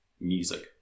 music